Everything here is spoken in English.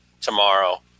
tomorrow